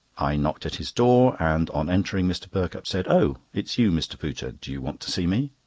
i knocked at his door, and on entering, mr. perkupp said oh! it's you, mr. pooter do you want to see me?